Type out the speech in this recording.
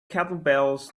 kettlebells